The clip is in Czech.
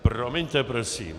Promiňte prosím.